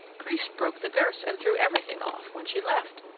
grise broke the girths and threw everything off when she left.